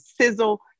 sizzle